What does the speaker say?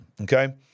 okay